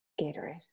Gatorade